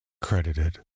Credited